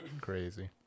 Crazy